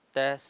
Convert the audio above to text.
test